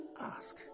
ask